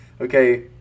okay